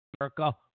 America